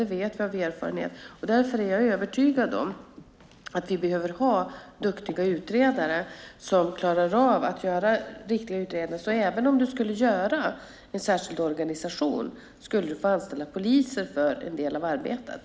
Det vet vi av erfarenhet, och därför är jag övertygad om att vi behöver ha duktiga utredare som klarar av att göra riktiga utredningar. Även om man skulle göra en särskild organisation skulle man alltså få anställda poliser för en del av arbetet.